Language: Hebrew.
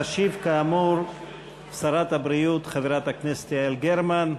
תשיב כאמור שרת הבריאות, חברת הכנסת יעל גרמן.